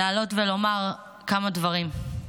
לעלות ולומר כמה דברים.